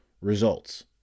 results